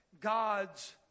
God's